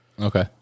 Okay